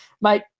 mate